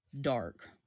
dark